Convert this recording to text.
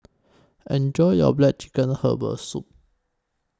Enjoy your Black Chicken Herbal Soup